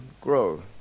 grow